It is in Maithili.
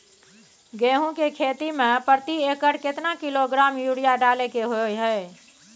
गेहूं के खेती में प्रति एकर केतना किलोग्राम यूरिया डालय के होय हय?